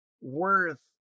worth